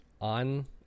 on